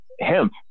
hemp